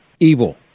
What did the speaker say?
evil